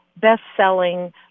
best-selling